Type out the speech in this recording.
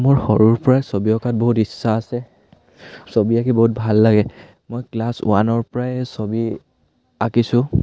মোৰ সৰুৰ পৰাই ছবি অঁকাত বহুত ইচ্ছা আছে ছবি আঁকি বহুত ভাল লাগে মই ক্লাছ ওৱানৰ পৰাই ছবি আঁকিছোঁ